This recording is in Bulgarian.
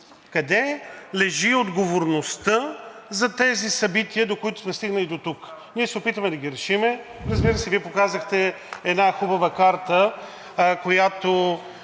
Къде лежи отговорността за тези събития, до които сме стигнали дотук. Ние се опитваме да ги решим, разбира се. Вие показахте една хубава карта, която